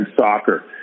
soccer